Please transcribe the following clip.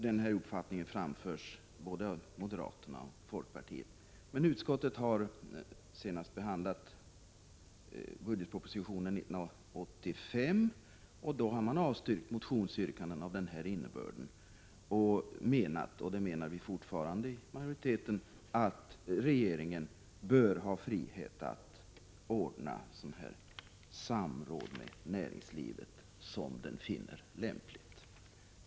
Den uppfattningen framförs alltså både av moderaterna och av folkpartiet. Men utskottet har senast då man behandlade budgetpropositionen 1985 avstyrkt motionsyrkanden av den innebörden. Vi menade — och det menar majoriteten fortfarande — att regeringen bör ha frihet att ordna sådana samråd med näringslivet som den finner lämpliga.